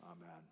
Amen